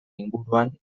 inguruan